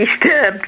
disturbed